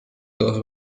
dos